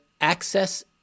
access